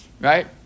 right